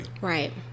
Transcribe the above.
Right